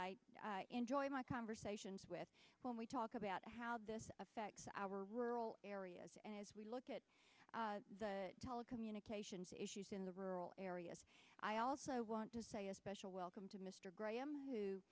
i enjoy my conversations with when we talk about how this affects our rural areas and as we look at the telecommunications issues in the rural areas i also want to say a special welcome to mr graham who